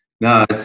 no